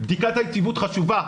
בדיקות היציבות חשובה,